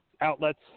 outlets